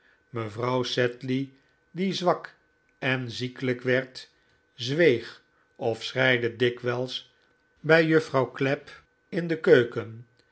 mevrouw sedley die zwak en ziekelijk werd zweeg of schreide dikwijls bij juffrouw clapp in de keuken